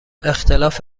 اختلاف